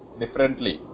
differently